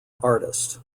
artist